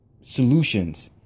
solutions